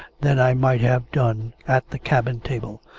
than i might have done at the cabin table.